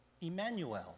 Emmanuel